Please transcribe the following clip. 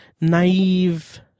naive